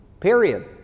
Period